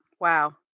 Wow